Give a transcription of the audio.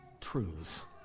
truths